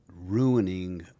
ruining